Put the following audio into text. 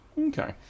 Okay